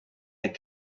and